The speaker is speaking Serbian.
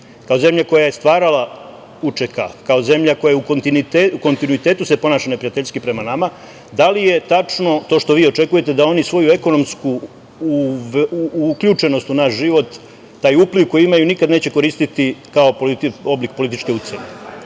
kao zemlja koja je stvarala UČK-a, kao zemlja koja u kontinuitetu se ponaša neprijateljski prema nama, da li je tačno to što vi očekujete da oni svoju ekonomsku uključenost u naš život, taj upliv koji imaju nikada neće koristiti kao oblik političke